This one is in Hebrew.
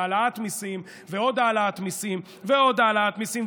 העלאת מיסים ועוד העלאת מיסים ועוד העלאת מיסים,